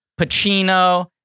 Pacino